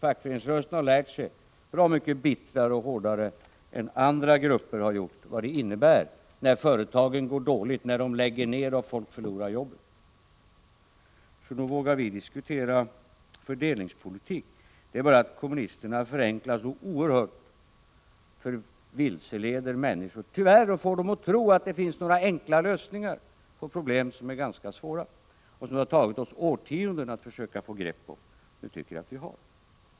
Fackföreningsrörelsen har lärt sig bra mycket bittrare och hårdare än andra grupper vad det innebär när företagen går dåligt, när företag läggs ned och folk förlorar jobben. Nog vågar vi diskutera fördelningspolitik. Det är bara det att kommunisterna förenklar så oerhört. De vilseleder människor, tyvärr, och får dem att tro att det finns några enkla lösningar på problem som är ganska svåra och som det har tagit oss årtionden att försöka få grepp om. Och det tycker jag att vi har fått.